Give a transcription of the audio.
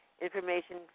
information